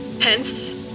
Hence